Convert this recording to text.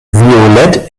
violett